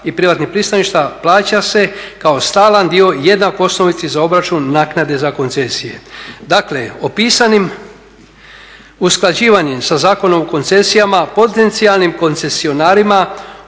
i privatnih pristaništa plaća se kao stalan dio jednak osnovici za obračun naknade za koncesije. Dakle, opisanim usklađivanjem sa Zakonom o koncesijama, potencijalnim koncesionarima